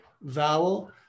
vowel